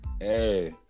hey